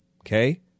Okay